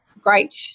great